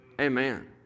Amen